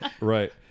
right